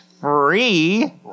free